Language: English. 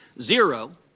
zero